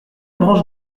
branche